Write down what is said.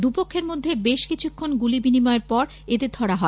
দু পক্ষের মধ্যে বেশ কিছুক্ষণ গুলি বিনিময়ের পর এদের ধরা হয়